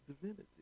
divinity